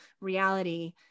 reality